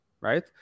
right